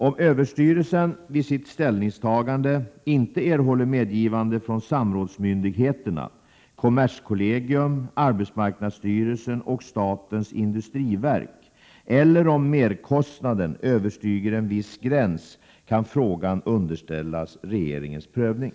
Om överstyrelsen vid sitt ställningstagande inte erhåller medgivande från samrådsmyndigheterna, kommerskollegium, arbetsmarknadsstyrelsen och statens industriverk eller om merkostnaden överstiger en viss gräns kan frågan underställas regeringens prövning.